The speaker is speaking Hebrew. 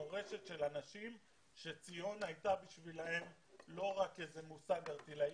מורשת של אנשים שציון הייתה בשבילם לא רק איזה מושג ערטילאי,